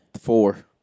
Four